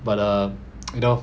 but uh you know